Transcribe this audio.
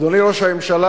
אדוני ראש הממשלה,